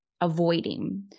avoiding